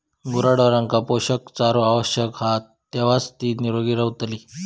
गुराढोरांका पोषक चारो आवश्यक हा तेव्हाच ती निरोगी रवतली